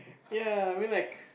ya I mean like